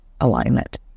alignment